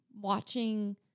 watching